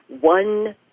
One